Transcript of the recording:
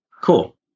Cool